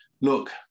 look